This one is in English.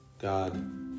God